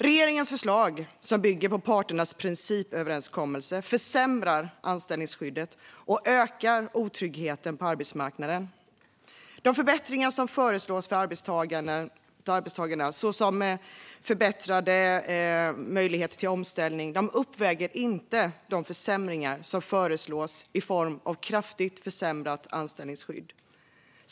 Regeringens förslag, som bygger på parternas principöverenskommelse, försämrar anställningsskyddet och ökar otryggheten på arbetsmarknaden. De förbättringar som föreslås för arbetstagarna, såsom förbättrade möjligheter till omställning, uppväger inte de försämringar som föreslås i form av kraftigt försämrat anställningsskydd.